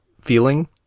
feeling